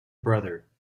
brother